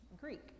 Greek